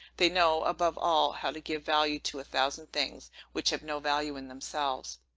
they know, above all, how to give value to a thousand things, which have no value in themselves.